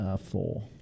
four